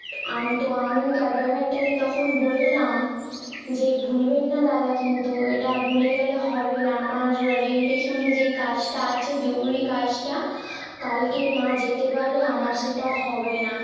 তো আমি তো আমি ক্যাব ড্রাইভারটাকে তখন বললাম যে ভুলবেন না দাদা কিন্তু এটা ভুলে গেলে হবে না আমার রে রেল স্টেশনে যেই কাজটা আছে জরুরি কাজটা কালকে না যেতে পারলে আমার সেটা হবে না